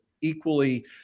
equally